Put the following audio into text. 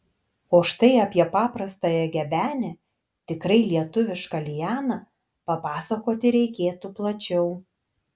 o štai apie paprastąją gebenę tikrai lietuvišką lianą papasakoti reikėtų plačiau